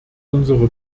unsere